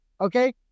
Okay